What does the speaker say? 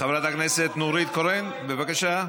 חברת הכנסת נורית קורן, בבקשה.